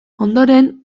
ondoren